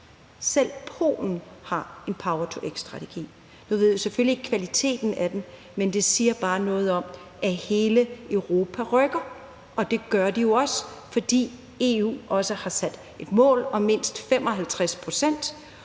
Selv Polen har en power-to-x-strategi. Nu kender vi selvfølgelig ikke til kvaliteten af den, men det siger bare noget om, at hele Europa rykker, og det gør de jo også, fordi EU har sat et mål om mindst 55 pct.,